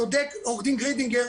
צודק עו"ד גריידינגר,